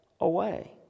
away